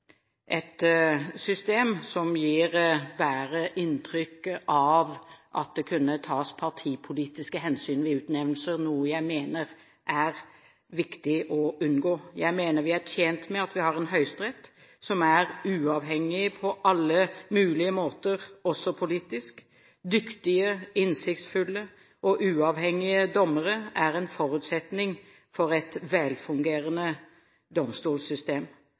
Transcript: et system som kunne gi inntrykk av at det kunne tas partipolitiske hensyn ved utnevnelser, noe jeg mener er viktig å unngå. Jeg mener vi er tjent med å ha en høyesterett som er uavhengig på alle mulige måter, også politisk. Dyktige, innsiktsfulle og uavhengige dommere er en forutsetning for et velfungerende domstolssystem.